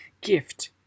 gift